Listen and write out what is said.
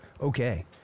Okay